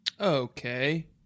Okay